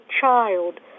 child